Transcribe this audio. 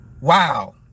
Wow